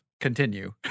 Continue